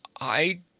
I